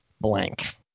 blank